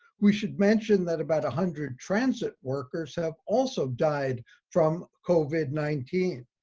we should mention that about a hundred transit workers have also died from covid nineteen.